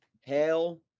Hail